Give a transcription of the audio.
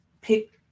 pick